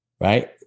right